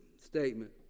statement